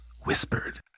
whispered